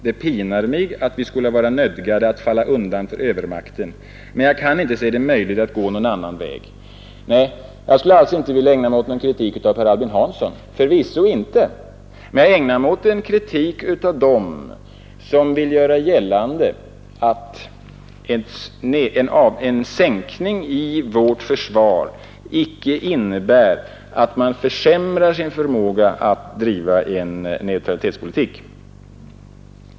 Det pinar mig att vi skola vara nödgade att falla undan för övermakten, men jag kan inte se det möjligt att gå någon annan väg.” Jag skulle inte vilja ägna mig åt någon kritik av Per Albin Hansson — förvisso inte — men jag vill ägna mig åt en kritik av dem som försöker göra gällande att en minskning av vårt försvar inte innebär att vi försämrar vår förmåga att bedriva en neutralitetspolitik.